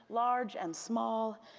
large and small,